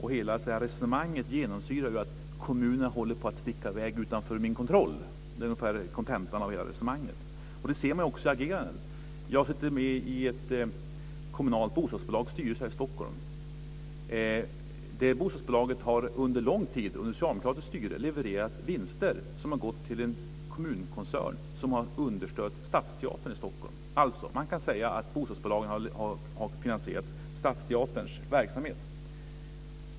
Hela resonemanget genomsyras av att kommunerna håller på att sticka i väg utanför hans kontroll. Det är ungefär kontentan av hela resonemanget. Man ser det också i agerandet. Jag sitter med i ett kommunalt bostadsbolags styrelse här i Stockholm. Det bostadsbolaget har under lång tid under socialdemokratiskt styre levererat vinster som har gått till en kommunkoncern som har understött Stadsteatern i Stockholm. Man kan alltså säga att bostadsbolaget har finansierat Stadsteaterns verksamhet.